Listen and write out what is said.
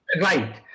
Right